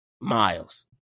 Miles